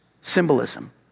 symbolism